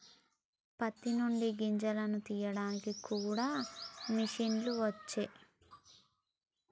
పత్తి నుండి గింజను తీయడానికి కూడా మిషన్లు వచ్చే